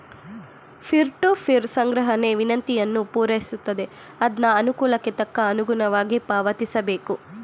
peer to peer ಸಂಗ್ರಹಣೆ ವಿನಂತಿಯನ್ನು ಪೂರೈಸುತ್ತದೆ ಅದ್ನ ಅನುಕೂಲಕ್ಕೆ ತಕ್ಕ ಅನುಗುಣವಾಗಿ ಪಾವತಿಸಬೇಕು